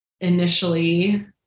initially